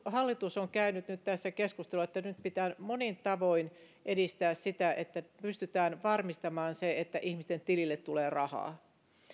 hallitus on käynyt keskustelua että nyt pitää monin tavoin edistää sitä että pystytään varmistamaan se että ihmisten tileille tulee rahaa